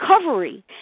recovery